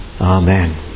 Amen